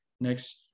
next